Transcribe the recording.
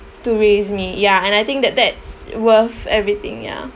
to raise me ya and I think that that's worth everything ya